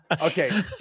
Okay